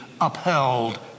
upheld